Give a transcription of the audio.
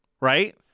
Right